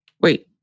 Wait